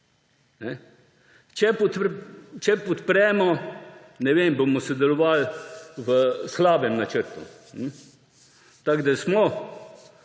Če podpremo, ne vem, bomo sodelovali v slabem načrtu. tako da smo